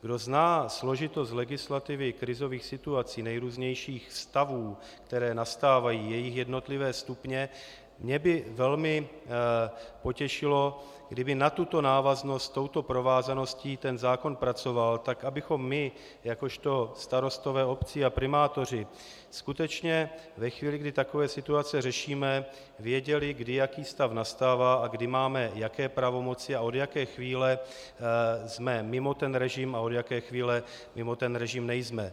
Kdo zná složitost legislativy v krizových situacích nejrůznějších stavů, které nastávají, jejich jednotlivé stupně mě by velmi potěšilo, kdyby na tuto návaznost s touto provázaností ten zákon pracoval tak, abychom my jakožto starostové obcí a primátoři skutečně ve chvíli, kdy takové situace řešíme, věděli, kdy jaký stav nastává a kdy máme jaké pravomoci a od jaké chvíle jsme mimo ten režim a od jaké chvíle mimo ten režim nejsme.